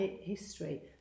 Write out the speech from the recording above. history